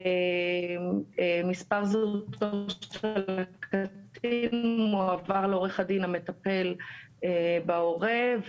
מספר זהות של הקטין מועבר לעורך הדין המטפל בהורה.